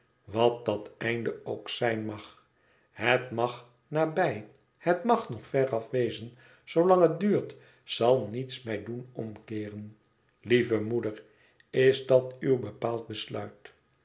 wat dat einde ook zijn mag het mag nabij het mag nog veraf wezen zoolang het duurt zal niets mij doen omkeeren lieve moeder is dat uw bepaald besluit